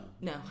No